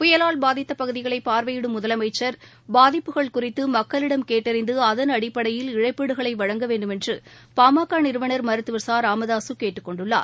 புயலால் பாதித்தப் பகுதிகளைபா்வையிடும் முதலமைச்சன் பாதிப்புகள் குறித்துமக்களிடம் கேட்டறிந்து அதன் அடிப்படையில் இழப்பீடுகளைவழங்க வேண்டுமென்றபாமகநிறுவனா் மருத்துவா் ச ராமதாககேட்டுக் கொண்டுள்ளார்